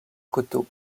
coteau